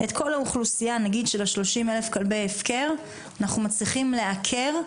את כל האוכלוסייה של 30,000 כלבי הפקר אנחנו מצליחים לעקר,